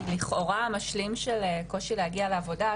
כי לכאורה המשלים של קושי להגיע לעבודה,